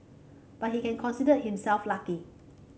but he can consider himself lucky